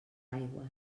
aigües